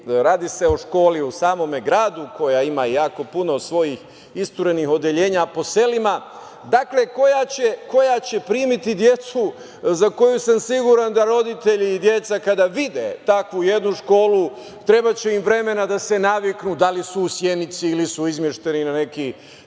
radi se o školi u samome gradu koja ima jako puno svojih isturenih odeljenja po selima, dakle, koja će primiti decu za koju sam siguran da roditelji i deca kada vide takvu jednu školu trebaće im vremena da se naviknu, da li su u Sjenici ili su izmešteni na neki